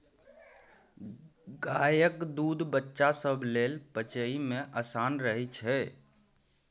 गायक दूध बच्चा सब लेल पचइ मे आसान रहइ छै